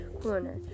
corner